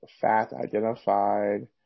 fat-identified